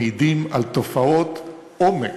מעידים על תופעות עומק.